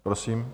Prosím.